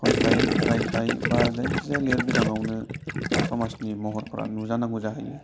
खन्थाइ राइथाय बा जायखिजाया लिरबिदांआवनो समाजनि महरफोरा नुजा नांगौ जाहैयो